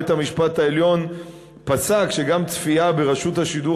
בית-המשפט העליון פסק שצפייה בשידורי רשות השידור